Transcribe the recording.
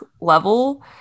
level